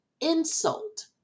insult